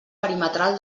perimetral